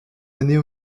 années